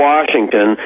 Washington